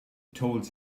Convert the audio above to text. told